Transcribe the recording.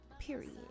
Period